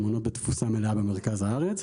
המעונות בתפוסה מלאה במרכז הארץ.